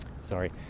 sorry